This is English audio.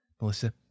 Melissa